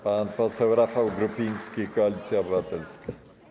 Pan poseł Rafał Grupiński, Koalicja Obywatelska.